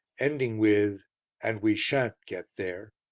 ending with and we shan't get there.